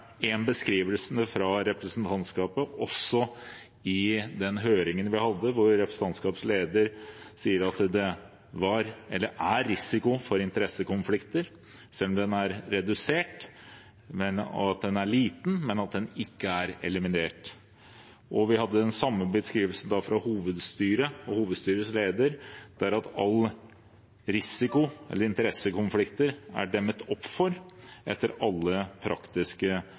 en beskrivelse fra representantskapet i den høringen vi hadde, der representantskapets leder sier at det var, eller er, risiko for interessekonflikter selv om den er redusert – den er liten, men den er ikke eliminert. Vi hadde den samme beskrivelsen fra hovedstyrets leder: All risiko, eller interessekonflikter, er demmet opp for etter alle praktiske